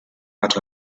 out